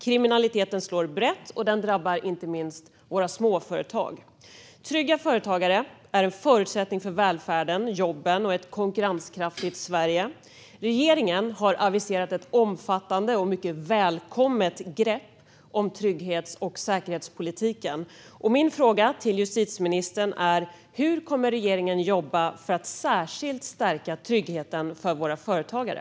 Kriminaliteten slår brett, och den drabbar inte minst våra småföretag. Trygga företagare är en förutsättning för välfärden, jobben och ett konkurrenskraftigt Sverige. Regeringen har aviserat ett omfattande och mycket välkommet grepp om trygghets och säkerhetspolitiken. Min fråga till justitieministern är: Hur kommer regeringen att jobba för att särskilt stärka tryggheten för våra företagare?